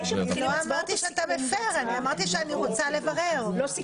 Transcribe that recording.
אני יכול להראות לך את התכתבות.